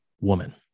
woman